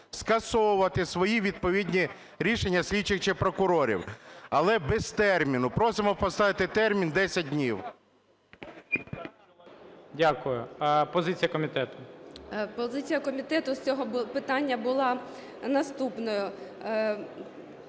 скасовувати свої відповідні рішення слідчих чи прокурорів, але без терміну. Просимо поставити термін 10 днів. ГОЛОВУЮЧИЙ. Дякую. Позиція комітету. 16:51:25 ЯЦИК Ю.Г. Позиція комітету з цього питання була наступною.